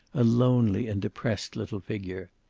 a lonely and depressed little figure.